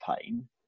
pain